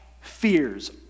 fears